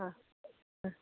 ആ ആ